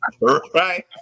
Right